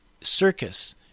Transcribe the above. circus